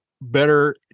better